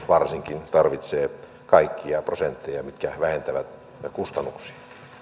varsinkin tarvitsee kaikkia prosentteja mitkä vähentävät kustannuksia